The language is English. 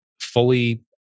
fully